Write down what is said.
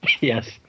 Yes